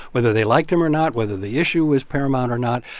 whether they liked him or not, whether the issue was paramount or not,